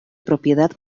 propiedad